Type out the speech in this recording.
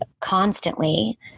constantly